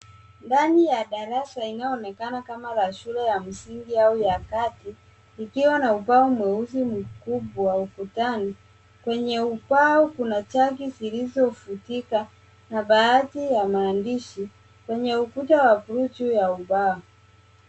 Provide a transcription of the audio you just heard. Ndani ya darasa inayoonekana kama la shule ya msingi au ya kati ikiwa na ubao mweusi mkubwa ukutani. Kwenye ubao kuna chati zilizofutika na baadhi ya maandishi kwenye ukuta wa buluu juu ya ubao.